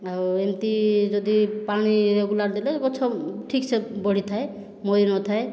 ଆଉ ଏମିତି ଯଦି ପାଣି ରେଗୁଲାର ଦେଲେ ଗଛ ଠିକ୍ସେ ବଢ଼ିଥାଏ ମରିନଥାଏ